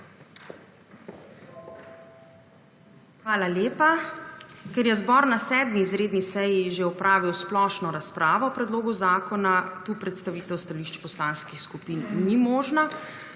Hvala lepa. Ker je zbor na 7. izredni seji že opravil splošno razpravo o predlogu zakona, tukaj predstavitev stališč poslanskih skupin ni možna.